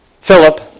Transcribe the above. Philip